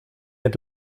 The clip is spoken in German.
mehr